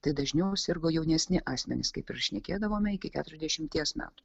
tai dažniau sirgo jaunesni asmenys kaip ir šnekėdavome iki keturiasdešimties metų